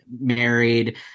married